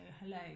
hello